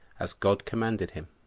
as god commanded him.